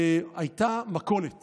הייתה מכולת